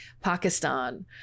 Pakistan